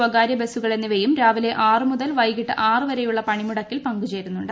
സ്വകാര്യ ബസുകൾ എന്നിവയും ഓട്ടോ ടാക്സി രാവിലെ ആറ് മുതൽ വൈകിട്ട് ആറ് വരെയുള്ള പണിമുടക്കിൽ പങ്കുചേരുന്നുണ്ട്